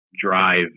drive